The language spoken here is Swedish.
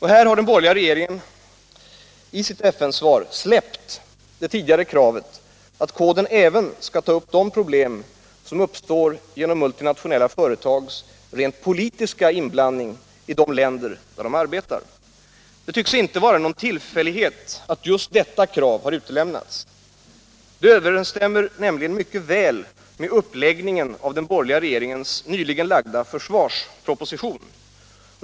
Här har den borgerliga regeringen i sitt FN-svar släppt det tidigare kravet att koden skall ta upp även de problem som uppstår genom multinationella företags rent politiska inblandning i de länder där de arbetar. Det tycks inte vara någon tillfällighet att just detta krav har utelämnats. Det överensstämmer nämligen mycket väl med uppläggningen av den borgerliga regeringens nyligen lagda försvarsproposition.